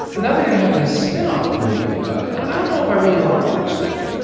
and now they're going to have this spinoff movie about it, and i don't know if i really want to watch that.